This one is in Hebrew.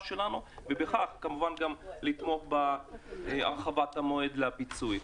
שלנו - ובכך כמובן גם לתמוך בהרחבת המועד לפיצוי.